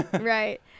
Right